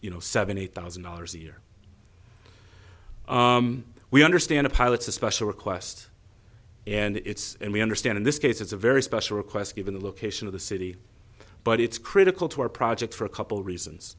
you know seventy thousand dollars a year we understand a pilot's a special request and it's and we understand in this case it's a very special request given the location of the city but it's critical to our project for a couple reasons